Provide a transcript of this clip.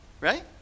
right